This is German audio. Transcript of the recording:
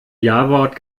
jawort